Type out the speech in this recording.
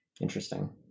Interesting